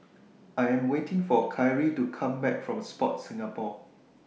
I Am waiting For Kyrie to Come Back from Sport Singapore